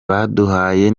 baduhaye